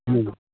ले लो